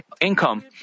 income